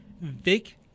Vic